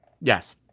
yes